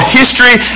history